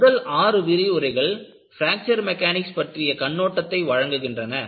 முதல் ஆறு விரிவுரைகள் பிராக்சர் மெக்கானிக்ஸ் பற்றிய கண்ணோட்டத்தை வழங்குகின்றன